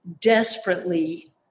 desperately